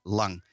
lang